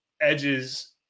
edges